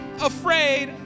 afraid